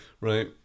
Right